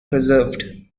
preserved